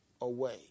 away